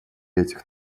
этих